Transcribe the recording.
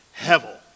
hevel